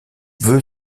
veut